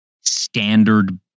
standard